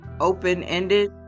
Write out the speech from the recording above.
open-ended